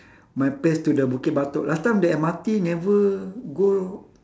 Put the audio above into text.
my place to the bukit batok last time the M_R_T never go